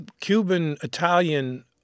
Cuban-Italian